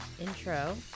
intro